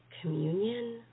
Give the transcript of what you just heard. communion